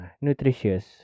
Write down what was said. nutritious